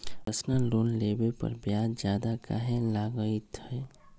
Personal loan लेबे पर ब्याज ज्यादा काहे लागईत है?